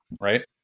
right